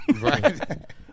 right